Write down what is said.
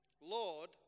Lord